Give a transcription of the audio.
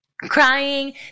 crying